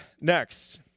Next